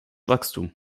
wachstum